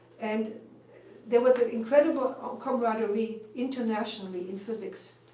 and there was an incredible camaraderie internationally in physics.